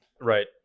Right